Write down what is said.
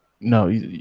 no